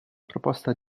proposta